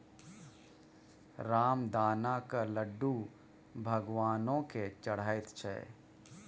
रामदानाक लड्डू भगवानो केँ चढ़ैत छै